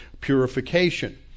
purification